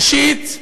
ראשית,